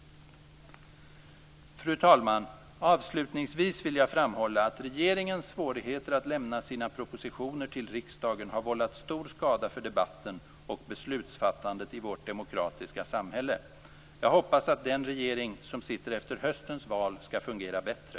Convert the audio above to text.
Fru talman! Avslutningsvis vill jag framhålla att regeringens svårigheter att lämna sina propositioner till riksdagen har vållat stor skada för debatten och beslutsfattandet i vårt demokratiska samhälle. Jag hoppas att den regering som sitter efter höstens val skall fungera bättre.